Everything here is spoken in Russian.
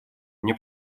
мне